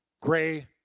Gray